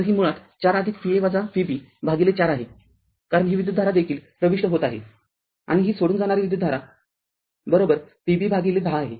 तर ही मुळात ४ Va Vb भागिले ४ आहेकारण ही विद्युतधारा देखील प्रविष्ट होत आहे आणि ही सोडून जाणारी विद्युतधारा Vb भागिले १० आहे